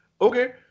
okay